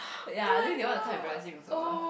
ya think that one was quite embarrassing also ah